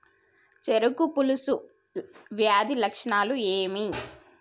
చెరుకు పొలుసు వ్యాధి లక్షణాలు ఏవి?